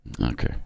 Okay